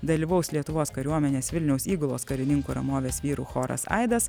dalyvaus lietuvos kariuomenės vilniaus įgulos karininkų ramovės vyrų choras aidas